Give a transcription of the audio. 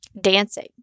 dancing